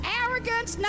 arrogance